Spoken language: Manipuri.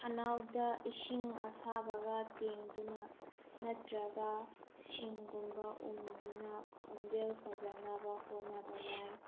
ꯈꯅꯥꯎꯗ ꯏꯁꯤꯡ ꯑꯁꯥꯕꯒ ꯇꯦꯡꯗꯨꯅ ꯅꯠꯇ꯭ꯔꯒ ꯁꯤꯡꯒꯨꯝꯕ ꯎꯝꯗꯨꯅ ꯈꯣꯟꯖꯦꯜ ꯐꯖꯅꯕ ꯍꯣꯠꯅꯕ ꯌꯥꯏ